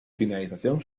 finalización